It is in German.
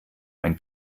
ein